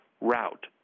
route